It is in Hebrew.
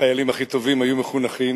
החיילים הכי טובים היו מחונכים.